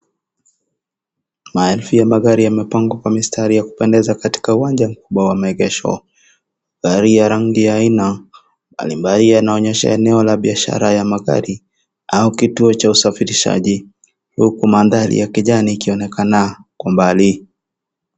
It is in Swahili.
Maelfu ya magari yamepangwa kwa mistari ya kupendeza katika uwanja mkubwa wa maegesho. Gari ya rangi aina aina yanaonyesha eneo ya biashara ya magari au kituo cha usafirishaji huku mandhari ya kijani yakionekana kwa mbali.